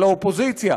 על האופוזיציה.